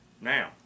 Now